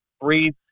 breathe